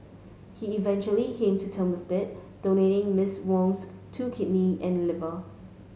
he eventually came to term with that donating Miss Wong's two kidney and liver